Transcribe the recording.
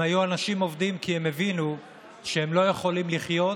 הם היו אנשים עובדים כי הם הבינו שהם לא יכולים לחיות